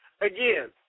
Again